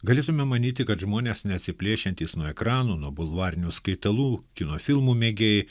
galėtume manyti kad žmonės neatsiplėšiantys nuo ekranų nuo bulvarinių skaitalų kino filmų mėgėjai